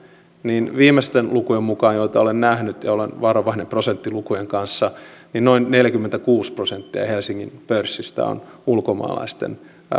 niin viimeisten lukujen mukaan joita olen nähnyt ja olen varovainen prosenttilukujen kanssa noin neljäkymmentäkuusi prosenttia helsingin pörssistä on ulkomaalaisten